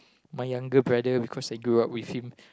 my younger brother because I grew up with him